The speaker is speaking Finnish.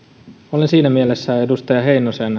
olen siinä mielessä edustaja heinosen